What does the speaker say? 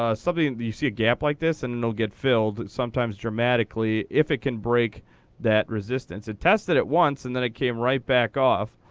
ah something, you see a gap like this and it'll get filled, sometimes dramatically, if it can break that resistance. it tested it once, and then it came right back off.